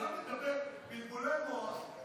ואתה מבלבל בלבולי מוח,